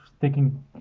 taking